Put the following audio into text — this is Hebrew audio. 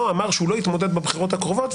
אמר שהוא לא יתמודד בבחירות הקרובות,